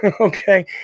Okay